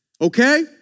okay